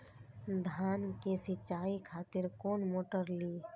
धान के सीचाई खातिर कोन मोटर ली?